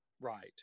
Right